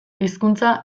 hizkuntza